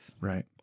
Right